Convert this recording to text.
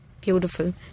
Beautiful